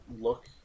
look